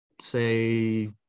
say